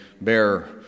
bear